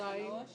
ההסתייגות